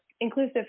inclusive